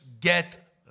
get